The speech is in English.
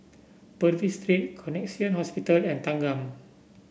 Purvis Street Connexion Hospital and Thanggam